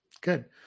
Good